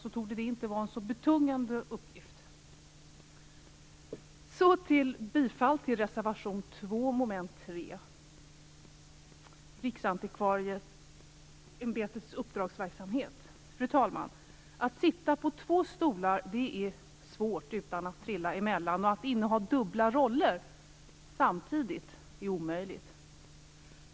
Det torde inte vara en så betungande uppgift. Så yrkar jag bifall till reservation 2, som gäller mom. 3, om Riksantikvarieämbetets uppdragsverksamhet. Fru talman! Att sitta på två stolar är svårt utan att trilla emellan, och att inneha dubbla roller samtidigt är omöjligt.